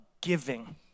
giving